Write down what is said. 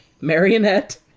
Marionette